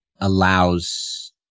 allows